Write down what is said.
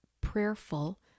prayerful